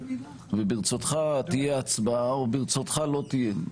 וברצותך תהיה הצבעה וברצותך לא תהיה.